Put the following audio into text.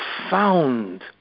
profound